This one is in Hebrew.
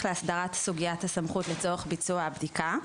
להסדרת סוגיית הסמכות לצורך ביצוע הבדיקה,